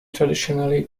traditionally